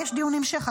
יש דיון המשך,